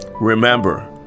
Remember